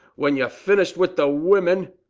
when you've finished with the women.